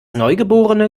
neugeborene